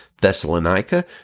Thessalonica